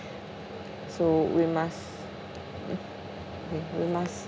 so we must w~ we must